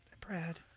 Brad